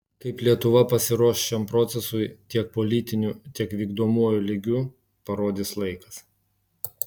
kaip lietuva pasiruoš šiam procesui tiek politiniu tiek vykdomuoju lygiu parodys laikas